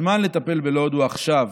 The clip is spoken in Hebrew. הזמן לטפל בלוד הוא עכשיו,